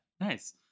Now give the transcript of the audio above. Nice